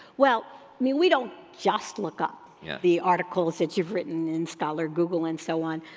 well, i mean, we don't just look up the articles that you've written in scholar google and so on.